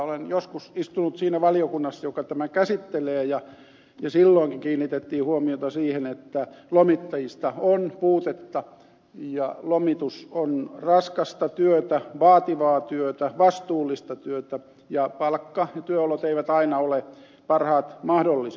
olen joskus istunut siinä valiokunnassa joka tämän käsittelee ja silloinkin kiinnitettiin huomiota siihen että lomittajista on puutetta ja lomitus on raskasta työtä vaativaa työtä vastuullista työtä ja palkka ja työolot eivät aina ole parhaat mahdolliset